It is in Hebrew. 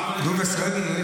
(אומר ביידיש: אתה תדבר ואני אשמע),